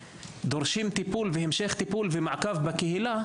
דורש טיפול והמשך טיפול ומעקב בקהילה,